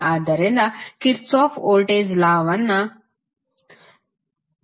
ಆದ್ದರಿಂದ Kirchhoff voltage ಲಾನ್ನು ನಿಂದ ಪಡೆದದ್ದು ಇದನ್ನೇ